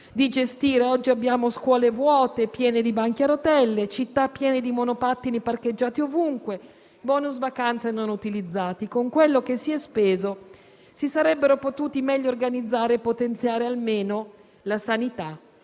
di gestire. Oggi abbiamo scuole vuote piene di banchi a rotelle, città piene di monopattini parcheggiati ovunque, *bonus* vacanza non utilizzati. Con quanto si è speso si sarebbero potuti organizzare meglio e potenziare almeno la sanità